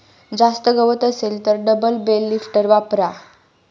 जास्त गवत असेल तर डबल बेल लिफ्टर वापरा